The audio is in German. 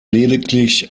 lediglich